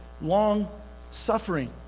long-suffering